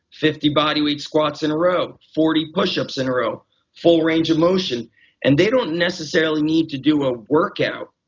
fifty body weight squats in a row, forty push ups in arrow, full range of motion and they don't necessarily need to do a workout.